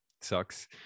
sucks